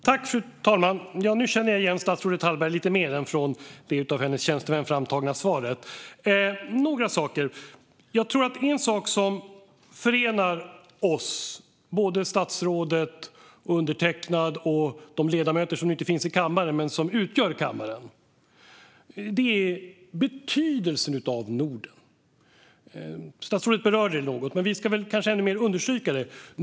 Fru talman! Nu känner jag igen statsrådet Hallberg lite mer än i det från hennes tjänstemän framtagna svaret. Jag vill bara säga några saker. Jag tror att det finns en sak som förenar oss, både statsrådet, undertecknad och de ledamöter som nu inte finns i kammaren men som utgör kammaren. Det är betydelsen av Norden. Statsrådet berörde det något, men vi ska kanske ännu mer understryka det.